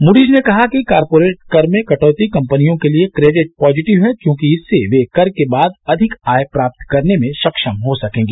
Moody's ने कहा कि कॉपरिट कर में कटौती कंपनियों के लिए क्रेडिट पॉजिटिव है क्योंकि इससे वे कर के बाद अधिक आय प्राप्त करने में सक्वम हो सकेंगी